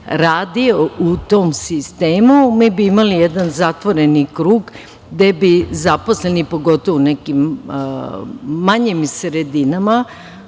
u tom sistemu mi bi imali jedan zatvoreni krug gde bi zaposleni pogotovo u nekim manjim sredinama